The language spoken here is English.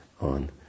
on